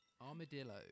Armadillo